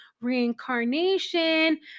reincarnation